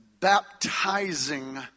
baptizing